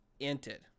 inted